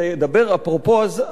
אפרופו החוק הזה,